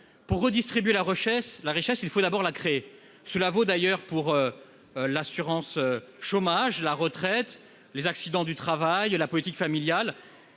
Pour redistribuer la richesse, il faut d'abord la créer. Cela vaut d'ailleurs pour l'assurance chômage, la retraite, les accidents du travail, la politique familiale.